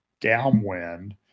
downwind